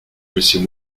monsieur